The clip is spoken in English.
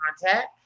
contact